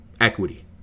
equity